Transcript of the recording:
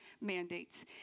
mandates